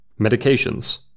Medications